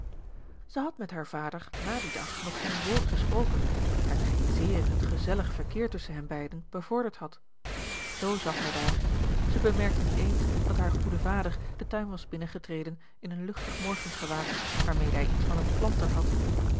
zij had met haren vader na dien dag nog geen woord gesproken hetgeen zeer het gezellig verkeer tusschen hen beiden bevorderd had zoo zat hij daar zij bemerkte niet eens dat haar goede vader den tuin was binnengetreden in een luchtig morgengewaad waarmede hij iets van een planter had